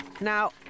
Now